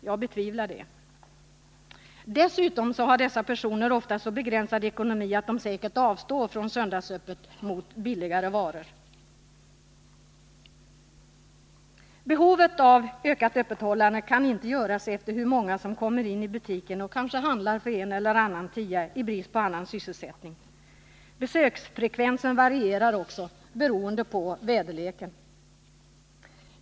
Jag betvivlar detta. Dessutom har dessa personer ofta så begränsad ekonomi att de säkert avstår från söndagsöppet mot billigare varor. Behovet av ökat öppethållande kan inte avgöras efter hur många som kommer in i butiken och kanske handlar för en eller annan tia i brist på annan sysselsättning. Besöksfrekvensen varierar också beroende på väderleken.